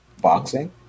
Boxing